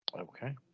Okay